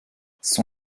son